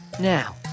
Now